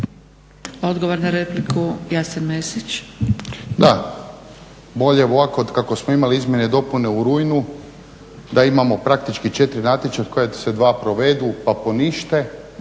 Odgovor na repliku, Jasen Mesić.